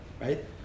right